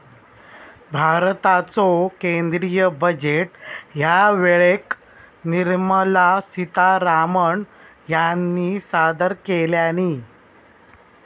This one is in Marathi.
भारताचो केंद्रीय बजेट ह्या वेळेक निर्मला सीतारामण ह्यानी सादर केल्यानी